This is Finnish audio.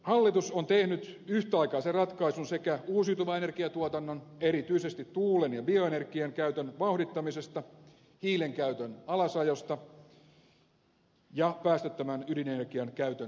hallitus on tehnyt yhtäaikaisen ratkaisun sekä uusiutuvan energiatuotannon erityisesti tuulen ja bioenergian käytön vauhdittamisesta hiilen käytön alasajosta ja päästöttömän ydinenergian käytön lisäämisestä